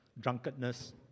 drunkenness